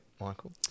Michael